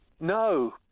No